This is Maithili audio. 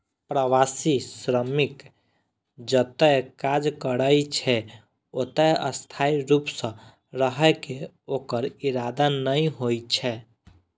प्रवासी श्रमिक जतय काज करै छै, ओतय स्थायी रूप सं रहै के ओकर इरादा नै होइ छै